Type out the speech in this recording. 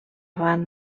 van